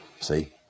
See